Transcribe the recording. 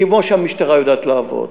כמו שהמשטרה יודעת לעבוד,